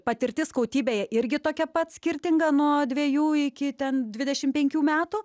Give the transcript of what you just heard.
patirtis skautybėje irgi tokia pat skirtinga nuo dviejų iki ten dvidešim penkių metų